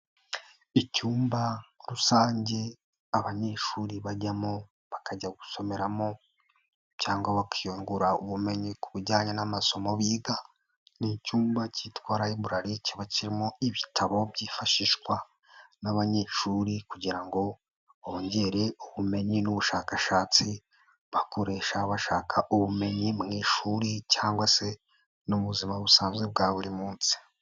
Icyumba rusange abanyeshuri bajyamo bakajya gusomeramo, cyangwa bakiyungura ubumenyi ku bijyanye n'amasomo biga, ni icyumba kitwa layiblari kikaba kirimo ibitabo byifashishwa n'abanyeshuri kugira ngo bongere ubumenyi n'ubushakashatsi, bakoresha bashaka ubumenyi mu ishuri cyangwa se no mu buzima busanzwe bwa buri munsi.